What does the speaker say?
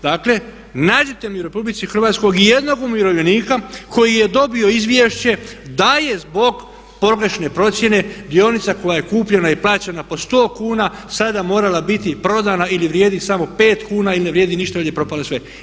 Dakle nađite mi u RH i jednog umirovljenika koji je dobio izvješće da je zbog pogrešne procjene dionica koja je kupljena i plaćena po 100 kuna sada morala biti prodana ili vrijedi samo 5 kuna ili ne vrijedi ništa jer je propalo sve.